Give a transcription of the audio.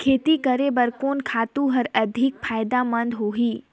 खेती करे बर कोन खातु हर अधिक फायदामंद होही?